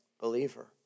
believer